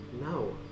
No